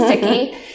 sticky